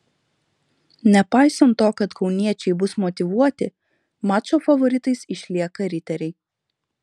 nepaisant to kad kauniečiai bus motyvuoti mačo favoritais išlieka riteriai